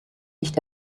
nicht